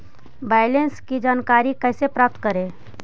Balance की जानकारी कैसे प्राप्त करे?